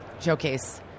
showcase